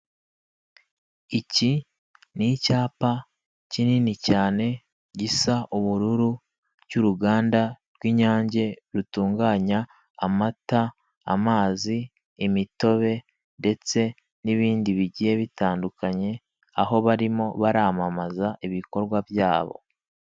Iki ni icyapa kinini cyane gisa ubururu, cy'uruganda rw'Inyange rutunganya amata, amazi, imitobe ndetse n'ibindi bigiye bitandukanye, aho barimo baramamaza ibikorwa byabo.